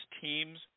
teams